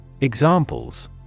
Examples